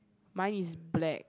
mine is black